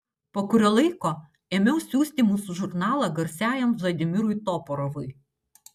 po kurio laiko ėmiau siųsti mūsų žurnalą garsiajam vladimirui toporovui